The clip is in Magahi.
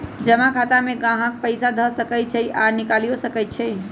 जमा खता में गाहक पइसा ध सकइ छइ आऽ निकालियो सकइ छै